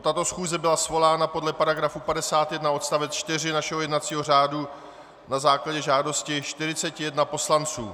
Tato schůze byla svolána podle § 51 odst. 4 našeho jednacího řádu na základě žádosti 41 poslanců.